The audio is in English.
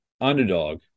underdog